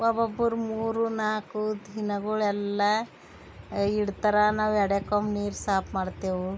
ಒಬ್ಬೊಬ್ಬರು ಮೂರು ನಾಲ್ಕು ದಿನಗಳೆಲ್ಲ ಇಡ್ತಾರೆ ನಾವು ಎಡೆಕೊಮ್ಮೆ ನೀರು ಸಾಫ್ ಮಾಡ್ತೇವೆ